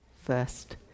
first